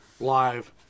live